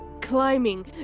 climbing